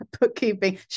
bookkeeping